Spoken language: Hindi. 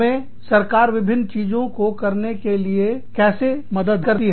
हमें सरकार विभिन्न चीजों को करने के लिए कैसे मदद करती है